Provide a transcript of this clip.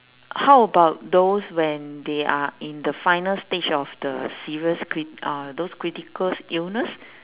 how about those when they are in the final stage of the serious crit~ uh those critical illness